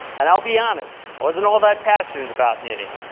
and i'll be honest, i wasn't all that passionate about knitting.